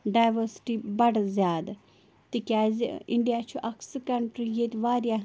diversity بَڑٕ زیادٕ تِکیٛازِ اِنڈیا چھُ اَکھ سُہ کَنٹرٛی ییٚتہِ واریاہ